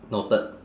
noted